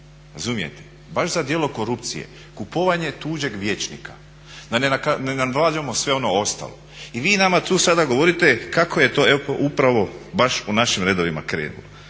razumijete, baš za djelo korupcije, kupovanje tuđeg vijećnika, da ne nagađamo sve ostalo. I vi nama tu sada govorite kako je to upravo baš u našim redovima krenulo.